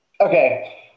okay